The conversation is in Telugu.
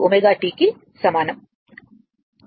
కి సమానం కాబట్టి V0 120